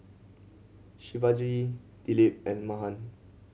Shivaji Dilip and Mahan